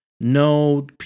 No